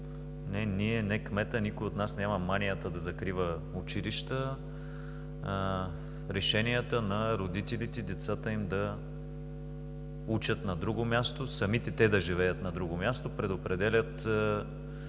не ние, не кметът, никой от нас няма манията да закрива училища. Решенията на родителите децата им да учат на друго място, самите те да живеят на друго място, предопределят